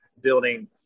building